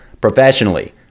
professionally